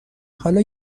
حالا